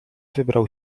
wybrał